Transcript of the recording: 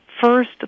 first